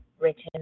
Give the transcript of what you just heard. written